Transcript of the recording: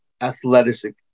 athletic